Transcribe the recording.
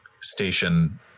station